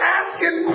asking